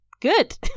good